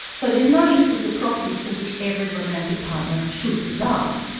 so there's no list of the properties for which every romantic partner should be loved.